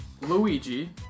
Luigi